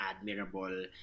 admirable